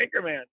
Anchorman